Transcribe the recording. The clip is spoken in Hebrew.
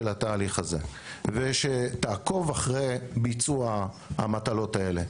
התהליך הזה ושתעקוב אחרי ביצוע המטלות האלה,